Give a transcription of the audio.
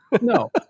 No